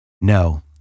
No